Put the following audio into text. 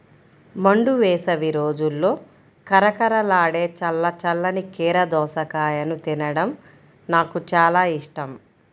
మండు వేసవి రోజుల్లో కరకరలాడే చల్ల చల్లని కీర దోసకాయను తినడం నాకు చాలా ఇష్టం